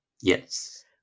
Yes